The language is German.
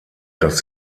dass